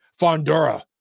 Fondura